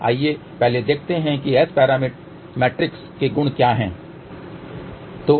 आइए पहले देखते हैं कि S मैट्रिक्स के गुण क्या हैं